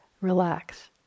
Relax